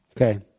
Okay